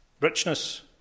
richness